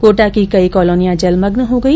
कोटा की कई कॉलोनियां जलमग्न हो गई